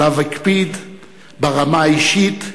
שעליו הקפיד ברמה האישית,